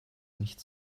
nicht